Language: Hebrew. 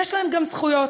ויש להם גם זכויות,